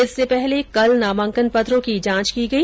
इससे पहले कल नामांकन पत्रों की जांच की गई